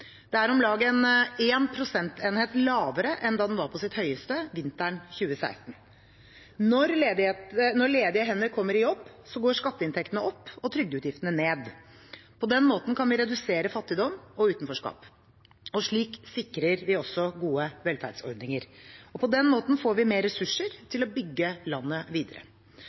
er om lag én prosentenhet lavere enn da den var på sitt høyeste vinteren 2016. Når ledige hender kommer i jobb, går skatteinntektene opp og trygdeutgiftene ned. På den måten kan vi redusere fattigdom og utenforskap. Slik sikrer vi også gode velferdsordninger. Og på den måten får vi mer ressurser til å bygge landet videre.